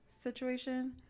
situation